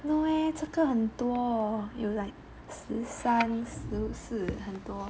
no eh 这个很多有 like 十三十四很多